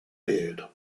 beard